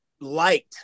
liked